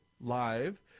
live